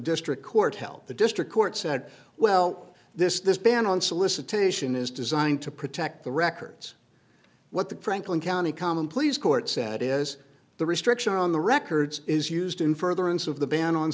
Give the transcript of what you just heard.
district court held the district court said well this ban on solicitation is designed to protect the records what the franklin county common pleas court said is the restriction on the records is used in furtherance of the ban on